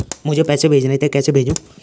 मुझे पैसे भेजने थे कैसे भेजूँ?